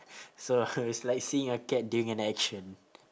so it's like seeing a cat doing an action